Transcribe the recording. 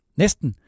næsten